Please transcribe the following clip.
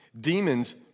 Demons